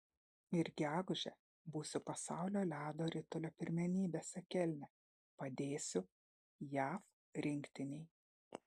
ir gegužę būsiu pasaulio ledo ritulio pirmenybėse kelne padėsiu jav rinktinei